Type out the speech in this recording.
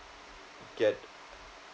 get